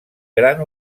gran